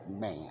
man